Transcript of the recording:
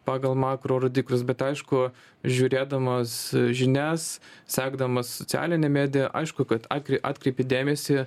pagal makro rodiklius bet aišku žiūrėdamas žinias sekdamas socialinę mediją aišku kad atkri atkreipi dėmesį